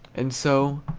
and so,